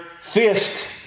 fist